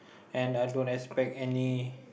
and I don't expect any